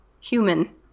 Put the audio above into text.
human